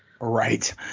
Right